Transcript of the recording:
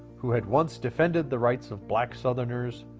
who had once defended the rights of black southerners,